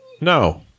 No